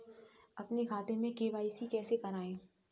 अपने खाते में के.वाई.सी कैसे कराएँ?